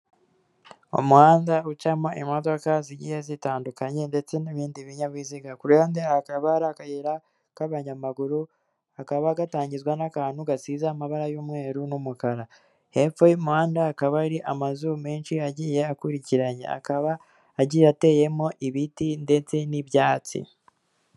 Umuhanda ucamo imodoka zigiye zitandukanye ndetse n'ibindi binyabiziga, ku ruhande hakaba ari akayira k'abanyamaguru kakaba gatangizwa n'akantu gasize amabara y'umweru n'umukara, hepfo y'umuhanda akaba ari amazu menshi agiye akuriki akaba agiyeteyemo ibiti ndetse n'ibyatsi.